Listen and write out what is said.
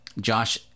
Josh